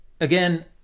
again